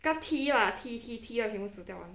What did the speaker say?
跟他踢 lah 踢踢踢到全部死到完